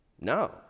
No